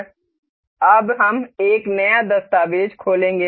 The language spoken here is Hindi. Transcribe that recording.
अब हम एक नया दस्तावेज़ खोलेंगे